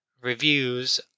reviews